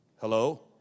Hello